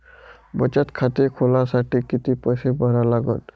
बचत खाते खोलासाठी किती पैसे भरा लागन?